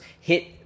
hit